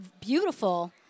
beautiful